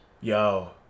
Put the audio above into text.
yo